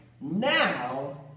now